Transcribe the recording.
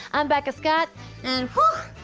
i'm becca scott and hoo,